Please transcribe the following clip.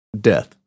death